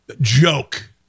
joke